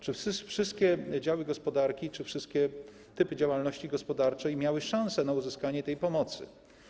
Czy wszystkie działy gospodarki, czy wszystkie typy działalności gospodarczej miały szansę na uzyskanie tej pomocy?